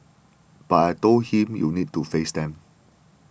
but I told him you need to face them